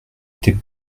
été